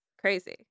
crazy